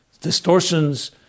distortions